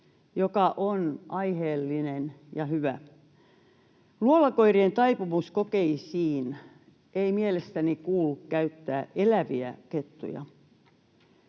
joka on aiheellinen ja hyvä. Luolakoirien taipumuskokeisiin ei mielestäni kuulu käyttää eläviä kettuja.